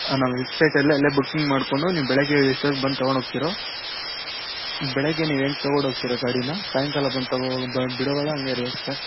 ನಾವು ವೆಬ್ಸೈಟಲ್ಲೇ ಅಲ್ಲೇ ಬುಕ್ಕಿಂಗ್ ಮಾಡಿಕೊಂಡು ನೀವು ಬೆಳಗ್ಗೆ ಎಷ್ಟೊತ್ಗೆ ಬಂದು ತಗೊಂಡು ಹೋಗ್ತಿರೋ ಬೆಳಗ್ಗೆ ನೀವು ಹೆಂಗ್ ತಗೊಂಡು ಹೋಗ್ತಿರ ಗಾಡಿನ ಸಾಯಂಕಾಲ ಬಂದು ತಗೋ ಬಿಡೋವಾಗ ಹಂಗೇ ಇರ್ಬೇಕು ಸರ್